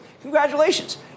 Congratulations